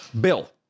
Bill